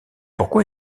pourquoi